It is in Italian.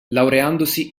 laureandosi